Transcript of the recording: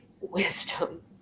wisdom